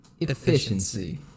Efficiency